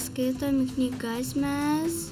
skaitom knygas mes